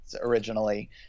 originally